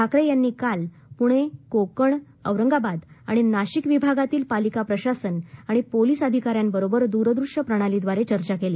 ठाकरे यांनी काल पुणे कोकण औरंगाबाद आणि नाशिक विभागातील पालिका प्रशासन आणि पोलीस अधिकाऱ्याबरोबर दूर दृश्य प्रणालीव्वारे चर्चा केली